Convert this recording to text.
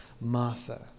Martha